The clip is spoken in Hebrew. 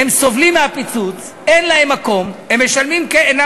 סובלים מהפיצוץ, אין להם מקום לגור,